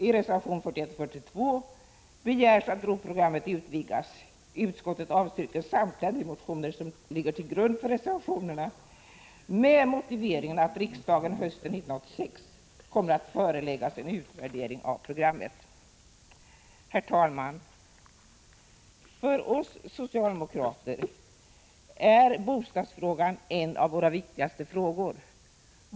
I reservationerna 41 och 42 begärs att ROT-programmet utvidgas. Utskottet avstyrker samtliga de motioner som ligger till grund för reservationerna med motiveringen att riksdagen hösten 1986 kommer att föreläggas en utvärdering av programmet. Herr talman! För oss socialdemokrater är bostadsfrågan en av våra viktigaste frågor.